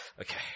Okay